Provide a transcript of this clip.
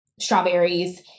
strawberries